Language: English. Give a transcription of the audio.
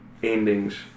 Endings